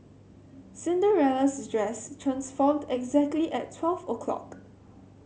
Cinderella's dress transformed exactly at twelve o'clock